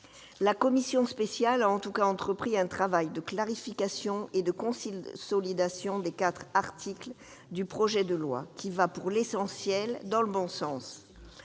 La commission spéciale a en tout cas entrepris un travail de clarification et de consolidation des quatre articles du projet de loi, qui va, pour l'essentiel, dans le bon sens.